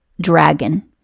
Dragon